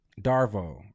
Darvo